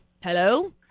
Hello